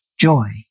joy